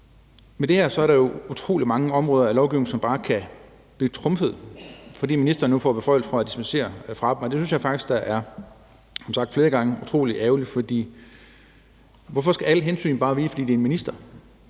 Med det her er der utrolig mange områder af lovgivningen, som bare kan blive trumfet igennem, fordi ministeren nu får beføjelser til at dispensere fra dem. Og det synes jeg da faktisk, som jeg har sagt flere gange, er utrolig ærgerligt. For hvorfor skal alle hensyn bare vige, fordi det er en minister?